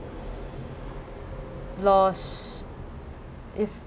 lost if